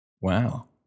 Wow